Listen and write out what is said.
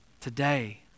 today